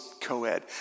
co-ed